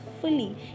fully